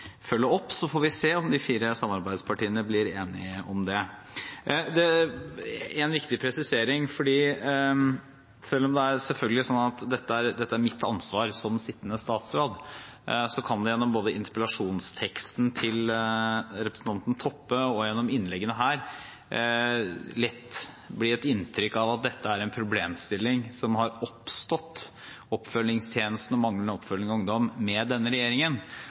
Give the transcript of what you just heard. får vi se om de fire samarbeidspartiene blir enige om det. En viktig presisering: Selv om det selvfølgelig er sånn at dette er mitt ansvar som sittende statsråd, kan det både gjennom interpellasjonsteksten til representanten Toppe og gjennom innleggene her lett bli gitt inntrykk av at dette er en problemstilling – oppfølgingstjenesten og manglende oppfølging av ungdom – som har oppstått med denne regjeringen.